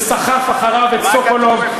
וסחף אחריו את סוקולוב,